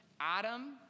Adam